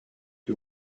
you